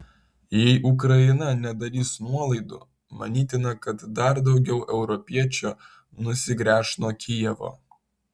jei ukraina nedarys nuolaidų manytina kad dar daugiau europiečių nusigręš nuo kijevo